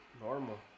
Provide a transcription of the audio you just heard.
normal